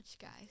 guys